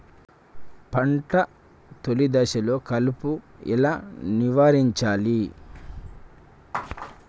పంట తొలి దశలో కలుపు ఎలా నివారించాలి?